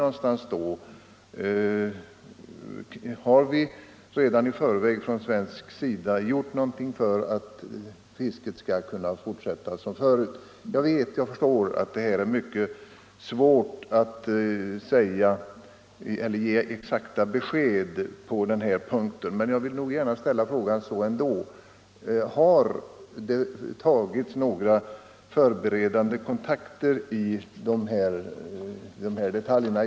Var står vi då? Har man från svensk sida gjort någonting för att fisket skall kunna fortsätta som förut? Jag förstår att det är mycket svårt att ge exakta besked om detta, men jag vill ändå fråga om det har tagits några förberedande kontakter i dessa sammanhang.